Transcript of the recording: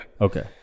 Okay